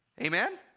Amen